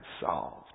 solved